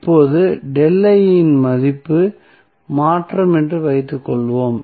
இப்போது இன் மதிப்பு மாற்றம் என்று வைத்துக் கொள்வோம்